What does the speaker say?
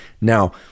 Now